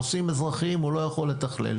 נושאים אזרחיים הוא לא יכול לתכלל.